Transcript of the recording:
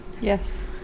Yes